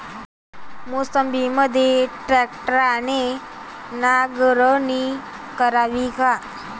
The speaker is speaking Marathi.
मोसंबीमंदी ट्रॅक्टरने नांगरणी करावी का?